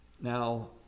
Now